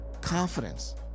confidence